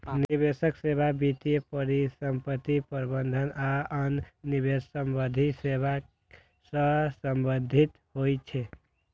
निवेश सेवा वित्तीय परिसंपत्ति प्रबंधन आ आन निवेश संबंधी सेवा सं संबंधित होइ छै